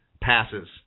Passes